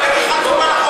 קראתי את